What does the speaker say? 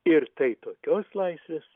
ir tai tokios laisvės